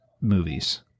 movies